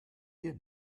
dir